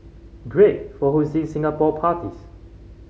great for hosting Singapore parties